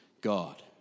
God